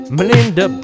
Melinda